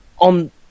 on